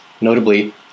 Notably